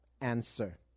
answer